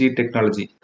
Technology